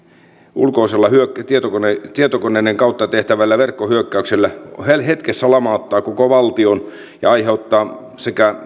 ulkoisella tietokoneiden tietokoneiden kautta tehtävällä verkkohyökkäyksellä hetkessä lamauttaa koko valtion ja aiheuttaa sekä